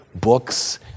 books